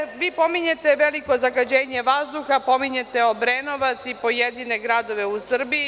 Takođe, vi pominjete veliko zagađenje vazduha, pominjete Obrenovac i pojedine gradove u Srbiji.